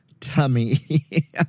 tummy